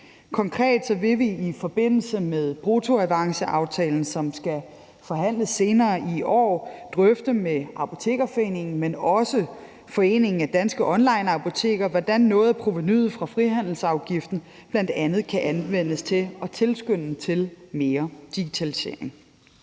Konkret vil vi i forbindelse med bruttoavanceaftalen, som skal forhandles senere i år, drøfte med Apotekerforeningen, men også med Foreningen af Danske Online Apoteker, hvordan noget af provenuet fra frihandelsafgiften kan anvendes til at tilskynde til mere digitalisering.